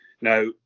Now